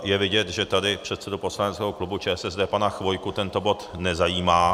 Je vidět, že tady předsedu poslaneckého klubu ČSSD, pana Chvojku, tento bod nezajímá.